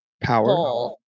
power